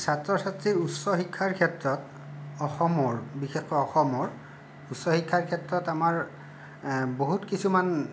ছাত্ৰ ছাত্ৰীৰ উচ্চশিক্ষাৰ ক্ষেত্ৰত অসমৰ বিশেষকৈ অসমৰ উচ্চ শিক্ষাৰ ক্ষেত্ৰত আমাৰ বহুত কিছুমান